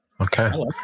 okay